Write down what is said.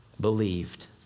believed